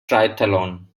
triathlon